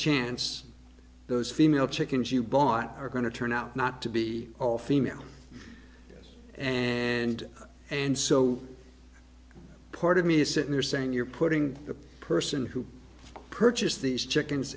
chance those female chickens you bought are going to turn out not to be all female and and so part of me is sitting there saying you're putting the person who purchased these chickens